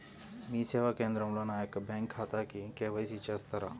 మీ సేవా కేంద్రంలో నా యొక్క బ్యాంకు ఖాతాకి కే.వై.సి చేస్తారా?